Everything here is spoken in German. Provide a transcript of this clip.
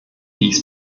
dies